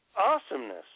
Awesomeness